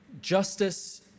Justice